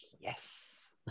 yes